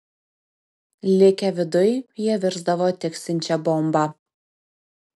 likę viduj jie virsdavo tiksinčia bomba